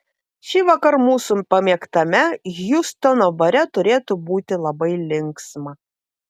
šįvakar mūsų pamėgtame hjustono bare turėtų būti labai linksma